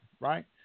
right